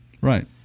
right